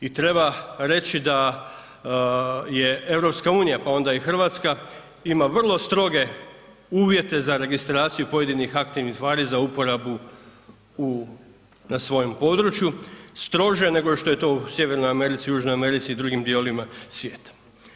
I treba reći da je Europska unija, pa onda i Hrvatska, ima vrlo stroge uvijete za registraciju pojedinih aktivnih tvari za uporabu u, na svojem području strože nego što je to u Sjevernoj Americi, Južnoj Americi i drugim dijelovima svijeta.